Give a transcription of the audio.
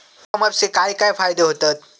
E कॉमर्सचे काय काय फायदे होतत?